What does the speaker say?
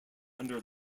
under